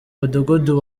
mudugudu